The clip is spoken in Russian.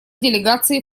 делегации